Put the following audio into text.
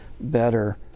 better